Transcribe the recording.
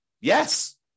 Yes